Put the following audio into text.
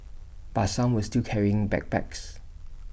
but some were still carrying backpacks